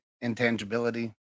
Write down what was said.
intangibility